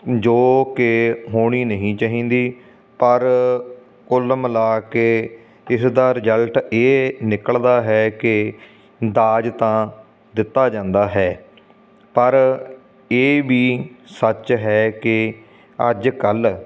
ਜੋ ਕਿ ਹੋਣੀ ਨਹੀਂ ਚਾਹੀਦੀ ਪਰ ਕੁੱਲ ਮਿਲਾ ਕੇ ਇਸਦਾ ਰਿਜ਼ਲਟ ਇਹ ਨਿਕਲਦਾ ਹੈ ਕਿ ਦਾਜ ਤਾਂ ਦਿੱਤਾ ਜਾਂਦਾ ਹੈ ਪਰ ਇਹ ਵੀ ਸੱਚ ਹੈ ਕਿ ਅੱਜ ਕੱਲ੍ਹ